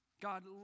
God